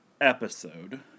episode